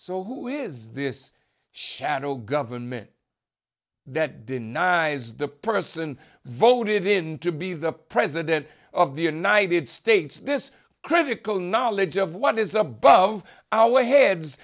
so who is this shadow government that denies the person voted in to be the president of the united states this critical knowledge of what is above our heads